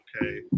Okay